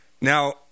Now